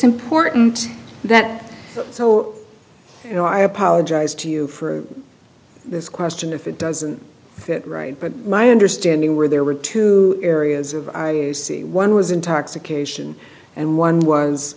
important that so you know i apologize to you for this question if it doesn't fit right but my understanding were there were two areas of our you see one was intoxication and one was